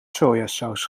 sojasaus